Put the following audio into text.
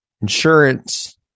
insurance